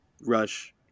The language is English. Rush